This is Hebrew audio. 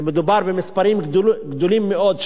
ומדובר במספרים גדולים מאוד,